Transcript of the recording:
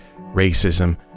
racism